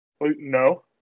No